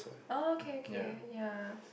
oh okay okay ya